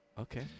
okay